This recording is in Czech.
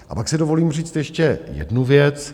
A pak si dovolím říct ještě jednu věc.